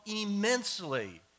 immensely